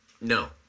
no